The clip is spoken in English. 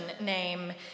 name